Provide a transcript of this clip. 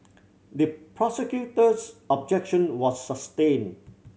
the prosecutor's objection was sustained